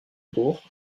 bourg